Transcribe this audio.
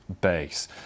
base